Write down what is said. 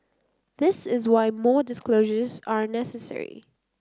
this is why more disclosures are necessary